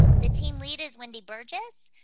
the team lead is wendy burgess,